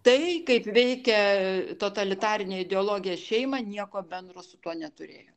tai kaip veikia totalitarinė ideologija šeima nieko bendro su tuo neturėjo